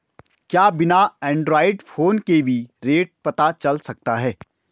क्या बिना Android phone के भी रेट पता चल सकता है?